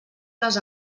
les